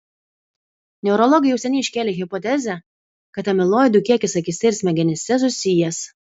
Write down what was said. neurologai jau seniai iškėlė hipotezę kad amiloidų kiekis akyse ir smegenyse susijęs